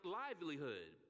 livelihood